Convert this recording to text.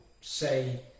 say